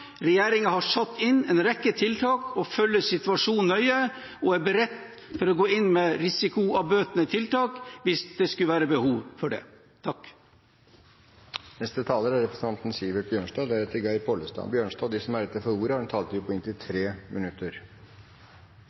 har satt inn en rekke tiltak og følger situasjonen nøye og er beredt til å gå inn med risikoavbøtende tiltak hvis det skulle være behov for det. De talere som heretter får ordet, har en taletid på inntil 3 minutter. I behandlingen av denne saken har